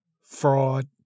fraud